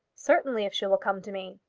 certainly, if she will come to me.